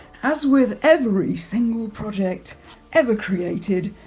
as with every single project ever created,